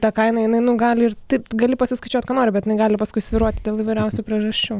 ta kaina jinai nu gali ir taip gali pasiskaičiuot ką nori bet jinai gali paskui svyruoti dėl įvairiausių priežasčių